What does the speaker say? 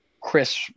Chris